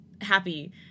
happy